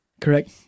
correct